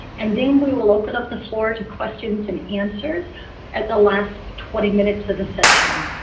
and then we will open up the floor to questions and answers at the last twenty minutes of the session.